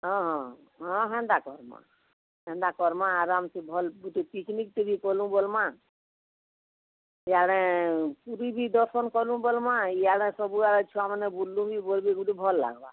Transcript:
ହଁ ହଁ ହଁ ହେନ୍ତା କରମା ହେନ୍ତା କରମା ଆରମ୍ସେ ଭଲ ଗୁଟେ ପିକ୍ନିକ୍ଟେ ବି କରମୁ ବୋଲମା ଇଆଡ଼େ ପୁରୀ ବି ଦର୍ଶନ କରମୁ ବୋଲମା ଇଆଡ଼େ ସବୁଆଡ଼େ ଛୁଆମାନେ ବୁଲଲୁ ବି ବୁଲି ବି ଗୁଟେ ଭଲ ଲାଗବା